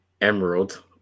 Emerald